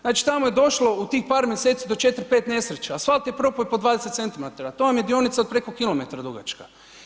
Znači tamo je došlo u tih par mjeseci do četiri, pet nesreća, asfalt je propao i po 20 cm, to vam je dionica od preko kilometar dugačka.